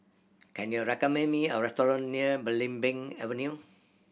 can you recommend me a restaurant near Belimbing Avenue